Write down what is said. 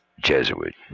Jesuit